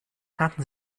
hatten